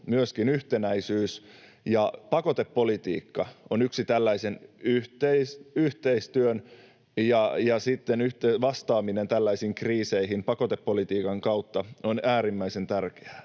myöskin yhtenäisyys, ja pakotepolitiikka on yksi tällaisen yhteistyön muoto, ja sitten vastaaminen tällaisiin kriiseihin pakotepolitiikan kautta on äärimmäisen tärkeää.